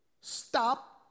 Stop